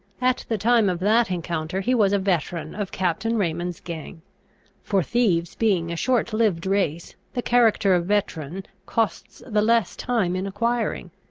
at the time of that encounter he was a veteran of captain raymond's gang for thieves being a short-lived race, the character of veteran costs the less time in acquiring.